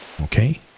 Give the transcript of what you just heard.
Okay